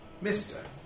Mister